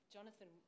Jonathan